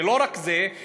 ולא רק זה,